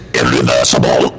irreversible